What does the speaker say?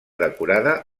decorada